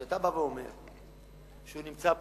כשאתה בא ואומר שהוא נמצא פה,